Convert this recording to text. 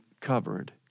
covered